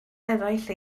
eraill